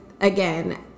again